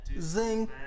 Zing